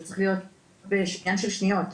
זה צריך להיות עניין של שניות.